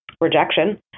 rejection